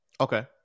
Okay